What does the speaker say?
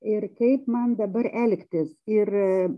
ir kaip man dabar elgtis ir